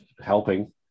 helping